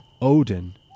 Odin